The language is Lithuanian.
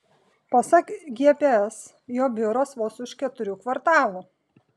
pasak gps jo biuras vos už keturių kvartalų